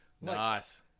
Nice